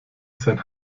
sein